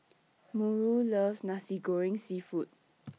Murry loves Nasi Goreng Seafood